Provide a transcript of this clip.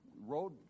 road